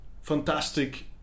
fantastic